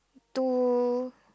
two